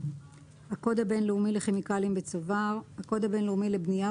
"הקוד הבין-לאומי לכימיקלים בצובר" הקוד הבין-לאומי לבנייה